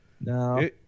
No